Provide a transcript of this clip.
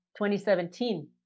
2017